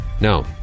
no